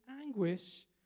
anguish